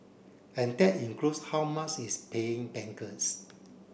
and that includes how much it's paying bankers